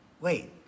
wait